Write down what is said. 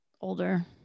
Older